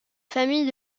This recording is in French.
famille